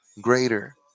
greater